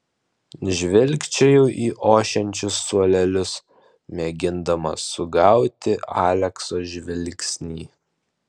žvilgčioju į ošiančius suolelius mėgindama sugauti alekso žvilgsnį